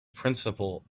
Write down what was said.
principle